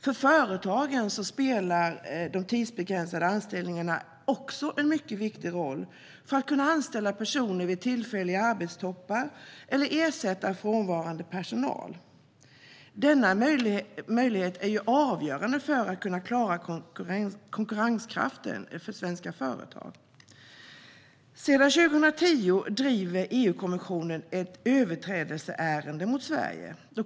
För företagen spelar de tidsbegränsade anställningarna också en mycket viktig roll för att kunna anställa personer vid tillfälliga arbetstoppar eller ersätta frånvarande personal. Denna möjlighet är avgörande för att klara konkurrenskraften för svenska företag. Sedan 2010 driver EU-kommissionen ett överträdelseärende mot Sverige.